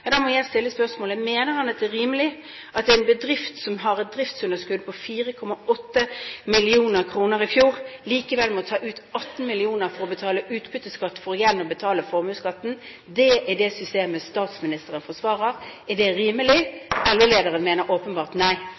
ja, da må jeg stille spørsmålet: Mener statsministeren at det er rimelig at en bedrift som hadde et driftsunderskudd på 4,8 mill. kr i fjor, likevel må ta ut 18 mill. kr for å betale utbytteskatt – for igjen å betale formuesskatten? Det er det systemet statsministeren forsvarer. Er det rimelig? LO-lederen mener åpenbart nei.